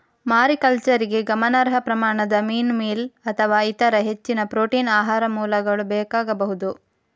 ಮಾರಿಕಲ್ಚರಿಗೆ ಗಮನಾರ್ಹ ಪ್ರಮಾಣದ ಮೀನು ಮೀಲ್ ಅಥವಾ ಇತರ ಹೆಚ್ಚಿನ ಪ್ರೋಟೀನ್ ಆಹಾರ ಮೂಲಗಳು ಬೇಕಾಗಬಹುದು